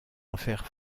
enfers